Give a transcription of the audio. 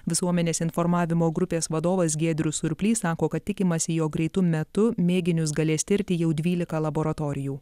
visuomenės informavimo grupės vadovas giedrius surplys sako kad tikimasi jog greitu metu mėginius galės tirti jau dvylika laboratorijų